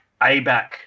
ABAC